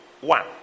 one